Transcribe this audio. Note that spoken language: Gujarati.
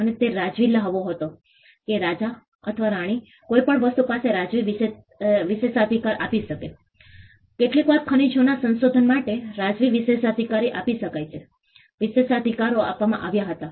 અને તે રાજવી લહાવો હતો કે રાજા અથવા રાણી કોઈ પણ વસ્તુ માટે રાજવી વિશેષાધિકાર આપી શકે કેટલીકવાર ખનિજોના સંશોધન માટે રાજવી વિશેષાધિકારો આપી શકાય છે વિશેષાધિકારો આપવામાં આવ્યા હતા